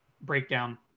breakdown